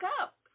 up